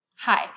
Hi